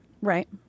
Right